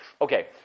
Okay